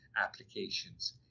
applications